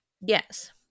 Yes